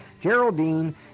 Geraldine